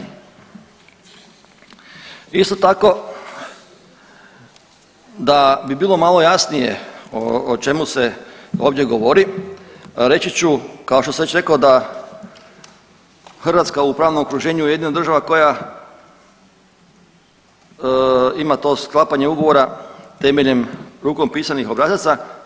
Isto tako da bi bilo malo jasnije o čemu se ovdje govori, reći ću kao što sam već rekao da Hrvatska u pravnom okruženju je jedina država koja ima to sklapanje ugovora temeljem rukom pisanih obrazaca.